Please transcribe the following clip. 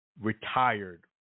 retired